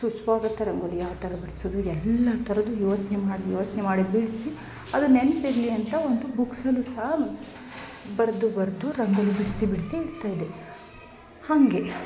ಸುಸ್ವಾಗತ ರಂಗೋಲಿ ಯಾವ ಥರ ಬಿಡಿಸೋದು ಎಲ್ಲ ಥರದ್ದು ಯೋಚನೆ ಮಾಡಿ ಯೋಚನೆ ಮಾಡಿ ಬಿಡಿಸಿ ಅದು ನೆನಪಿರ್ಲಿ ಅಂತ ಒಂದು ಬುಕ್ಸೂನು ಸಹ ಬರೆದು ಬರೆದು ರಂಗೋಲಿ ಬಿಡಿಸಿ ಬಿಡಿಸಿ ಇಡ್ತಾಯಿದ್ದೆ ಹಂಗೆ